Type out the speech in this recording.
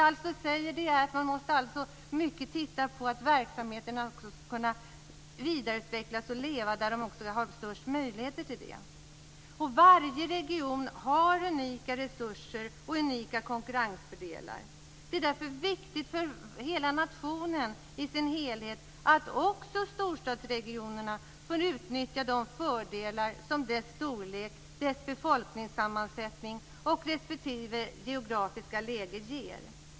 Jag säger alltså att man måste tänka på att verksamheterna skall kunna vidareutvecklas och leva där de har störst möjligheter till det. Varje region har unika resurser och unika konkurrensfördelar. Det är därför viktigt för nationen i sin helhet att också storstadsregionerna får utnyttja de fördelar som deras storlek, befolkningssammansättning och geografiska läge ger.